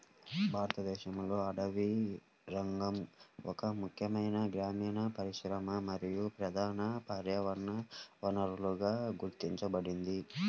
భారతదేశంలో అటవీరంగం ఒక ముఖ్యమైన గ్రామీణ పరిశ్రమ మరియు ప్రధాన పర్యావరణ వనరుగా గుర్తించబడింది